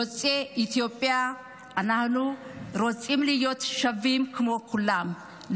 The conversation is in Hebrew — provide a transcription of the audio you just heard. אנחנו יוצאי אתיופיה רוצים להיות שווים כמו כולם,